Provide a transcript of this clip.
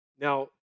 now